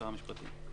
שר המשפטים.